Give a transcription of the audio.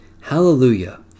Hallelujah